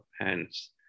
hands